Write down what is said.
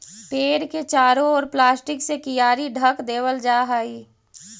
पेड़ के चारों ओर प्लास्टिक से कियारी ढँक देवल जा हई